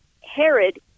Herod